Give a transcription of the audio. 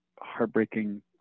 heartbreaking